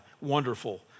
wonderful